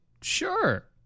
Sure